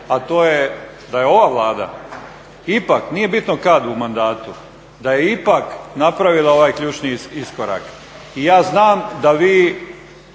a to je da je ova Vlada ipak, nije bitno kad u mandatu, da je ipak napravila ovaj ključni iskorak. I ja znam da vi